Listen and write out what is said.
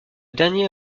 dernier